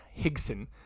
higson